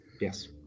Yes